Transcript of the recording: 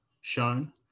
shown